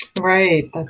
Right